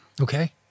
Okay